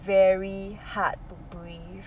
very hard to breathe